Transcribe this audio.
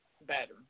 better